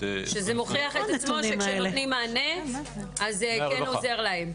זה מוכיח את עצמו, שכשנותנים מענה זה כן עוזר להם.